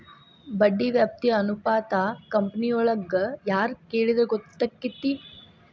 ಬಡ್ಡಿ ವ್ಯಾಪ್ತಿ ಅನುಪಾತಾ ಕಂಪನಿಯೊಳಗ್ ಯಾರ್ ಕೆಳಿದ್ರ ಗೊತ್ತಕ್ಕೆತಿ?